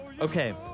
Okay